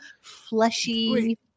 fleshy